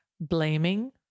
blaming